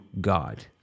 God